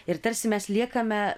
ir tarsi mes liekame